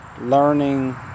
learning